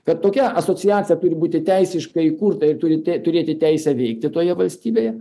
kad tokia asociacija turi būti teisiškai įkurta ir turi turėti teisę veikti toje valstybėje